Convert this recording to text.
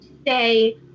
stay